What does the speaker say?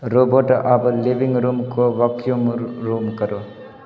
robot अब living room को vacuum room करो